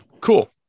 Cool